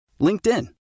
LinkedIn